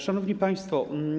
Szanowni Państwo!